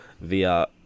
via